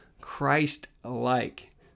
Christ-like